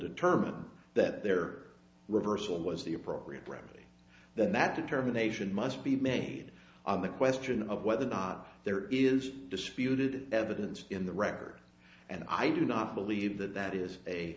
determine that their reversal was the appropriate remedy that that determination must be made on the question of whether or not there is disputed evidence in the record and i do not believe that that is a